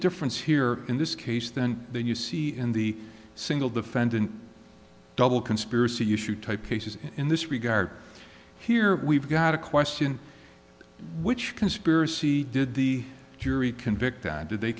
difference here in this case then you see in the single defendant double conspiracy you should type cases in this regard here we've got a question which conspiracy did the jury convict and did they